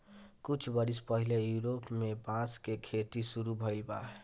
कुछ बरिस पहिले यूरोप में बांस क खेती शुरू भइल बा